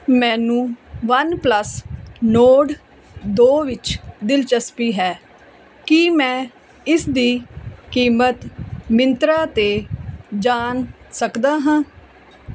ਮੈਨੂੰ OnePlus Nord ਦੋ ਵਿੱਚ ਦਿਲਚਸਪੀ ਹੈ ਕੀ ਮੈਂ ਇਸ ਦੀ ਕੀਮਤ ਮਿੰਤਰਾ 'ਤੇ ਜਾਣ ਸਕਦਾ ਹਾਂ